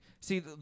See